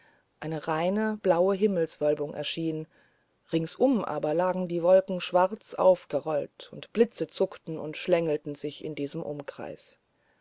eine reine blaue himmelswölbung erschien ringsum aber lagen die wolken schwarz aufgerollt und blitze zuckten und schlängelten sich in diesem umkreis